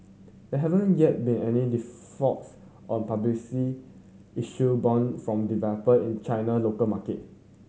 there haven't yet been any defaults on issued bond from developer in China local market